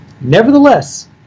Nevertheless